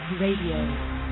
Radio